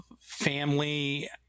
family